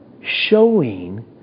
showing